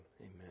Amen